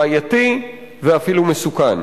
בעייתי ואפילו מסוכן.